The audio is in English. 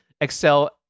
excel